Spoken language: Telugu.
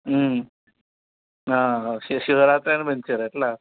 శి శివరాత్రని పెంచారా అట్లా